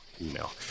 email